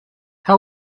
how